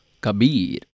Kabir